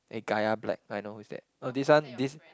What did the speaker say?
eh Gaia Black I know who is that oh this one this